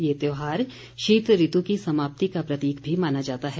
ये त्योहार शीत ऋतु की समाप्ती का प्रतीक भी माना जाता है